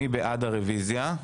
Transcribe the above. מי בעד הרביזיה?